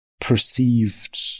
perceived